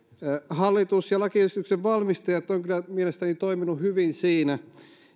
hallitus ja lakiesityksen valmistelijat ovat kyllä mielestäni toimineet hyvin siinä